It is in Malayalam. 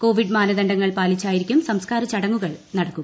കോവിഡ് മാനദണ്ഡങ്ങൾ പാലിച്ചായിരിക്കും സംസ്കാരച്ചടങ്ങുകൾ നടക്കുക